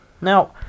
Now